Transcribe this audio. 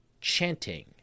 chanting